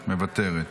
מוותרת.